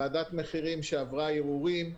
ועדת מחירים שעברה ערעורים,